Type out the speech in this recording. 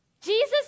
Jesus